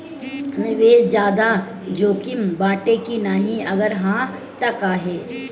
निवेस ज्यादा जोकिम बाटे कि नाहीं अगर हा तह काहे?